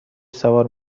سوار